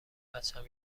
بچم